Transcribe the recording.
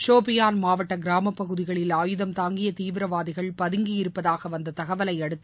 ஷோஃபியான் மாவட்ட கிராமப் பகுதிகளில் ஆயுதம் தாங்கிய தீவிரவாதிகள் பதங்கியிருப்பதாக வந்த தகவலை அடுத்து